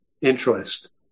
interest